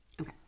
Okay